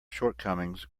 shortcomings